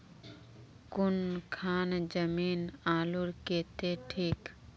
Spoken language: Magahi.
कौन खान जमीन आलूर केते ठिक?